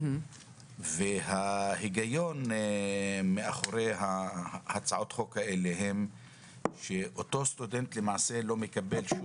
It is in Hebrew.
וההיגיון מאחורי הצעות החוק האלה הן שאותו סטודנט לא מקבל,